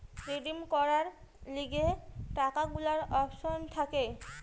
redeem করার লিগে টাকা গুলার অপশন থাকে